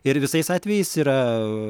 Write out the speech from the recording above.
ir visais atvejais yra